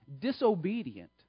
disobedient